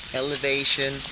elevation